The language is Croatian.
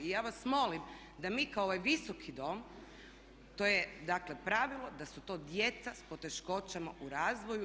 Ja vas molim da mi kao ovaj Visoki dom to je dakle pravilo da su to djeca s poteškoćama u razvoju.